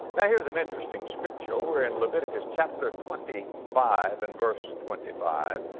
now here's an interesting scripture. over in leviticus chapter twenty five and verse twenty five,